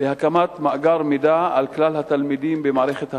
להקמת מאגר מידע על כלל התלמידים במערכת החינוך,